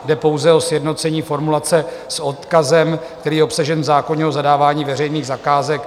Jde pouze o sjednocení formulace s odkazem, který je obsažen v zákoně o zadávání veřejných zakázek.